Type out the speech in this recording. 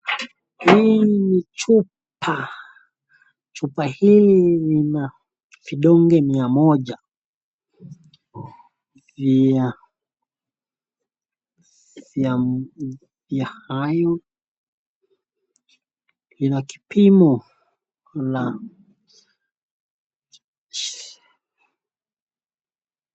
Hii ni chupa. Chupa hili lina vidonge mia moja vya vya iron ina kipimo la.